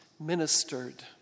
ministered